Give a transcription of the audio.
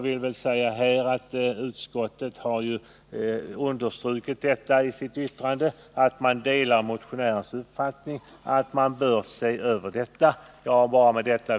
Utskottet har i sitt yttrande understrukit att man delar motionärens uppfattning att det här bör ses över.